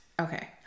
Okay